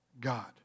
God